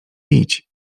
bić